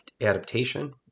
adaptation